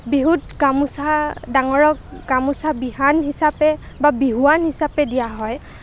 বিহুত গামোচা ডাঙৰক গামোচাক বিহান হিচাপে বা বিহুৱান হিচাপে দিয়া হয়